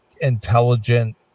intelligent